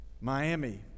Miami